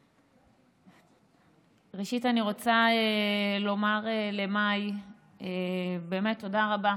ראשית, אני רוצה לומר למאי תודה רבה